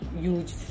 huge